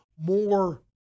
more